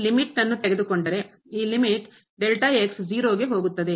ಈಗ ಲಿಮಿಟ್ನ್ನು ಮಿತಿಯನ್ನು ತೆಗೆದುಕೊಂಡರೆ ಈ ಲಿಮಿಟ್ 0 ಗೆ ಹೋಗುತ್ತದೆ